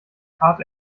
hart